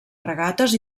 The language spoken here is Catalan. regates